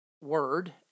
Word